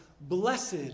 Blessed